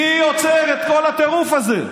מי עוצר את כל הטירוף הזה?